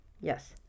Yes